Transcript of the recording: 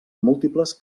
múltiples